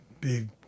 big